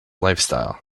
lifestyle